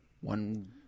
One